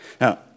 Now